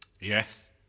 Yes